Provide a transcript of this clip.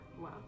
Wow